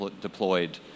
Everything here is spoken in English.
deployed